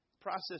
Process